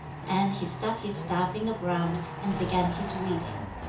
and he stuck his staff in the ground, and began his weeding.